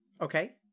okay